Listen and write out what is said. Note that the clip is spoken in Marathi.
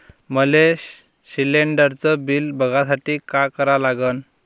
मले शिलिंडरचं बिल बघसाठी का करा लागन?